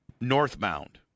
northbound